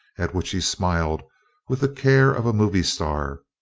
at which he smiled with the care of a movie star,